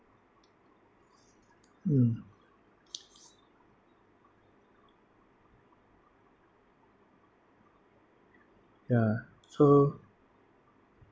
mm ya so